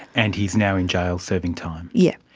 and he's now in jail serving time. yes.